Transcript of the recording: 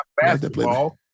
Basketball